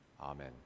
amen